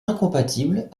incompatible